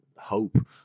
hope